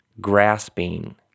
grasping